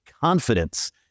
confidence